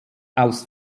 aus